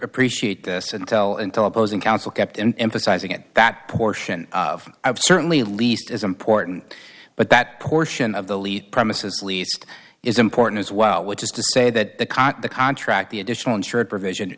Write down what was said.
appreciate this until until opposing counsel kept and emphasizing it that portion of i was certainly least as important but that portion of the lead promises least is important as well which is to say that the cot the contract the additional insured provision